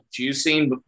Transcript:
juicing